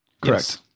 Correct